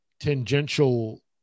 Tangential